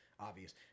obvious